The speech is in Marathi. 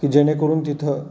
की जेणेकरून तिथं